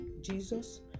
Jesus